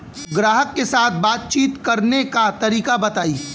ग्राहक के साथ बातचीत करने का तरीका बताई?